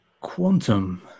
Quantum